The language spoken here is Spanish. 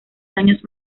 daños